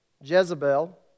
Jezebel